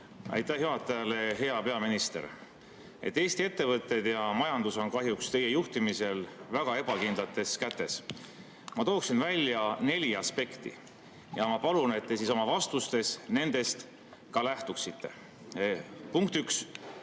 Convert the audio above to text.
Hea peaminister! Eesti ettevõtted ja majandus on kahjuks teie juhtimisel väga ebakindlates kätes. Ma tooksin välja neli aspekti ja palun, et te oma vastuses nendest ka lähtuksite. Punkt